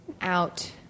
out